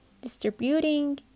distributing